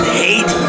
hate